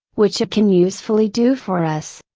which it can usefully do for us.